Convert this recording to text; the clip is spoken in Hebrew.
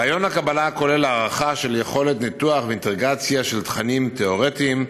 ראיון הקבלה כולל הערכה של יכולת ניתוח ואינטגרציה של תכנים תיאורטיים,